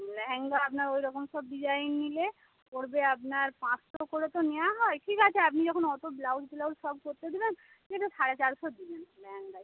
লেহেঙ্গা আপনার ওইরকম সব ডিজাইন নিলে পড়বে আপনার পাঁচশো করে তো নেওয়া হয় ঠিক আছে আপনি যখন অত ব্লাউজ ট্লাউজ সব করতে দেবেন ঠিক আছে সাড়ে চারশো দেবেন লেহেঙ্গায়